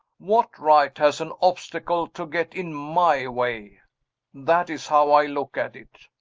what right has an obstacle to get in my way that is how i look at it.